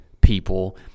people